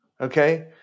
Okay